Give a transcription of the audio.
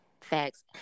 Facts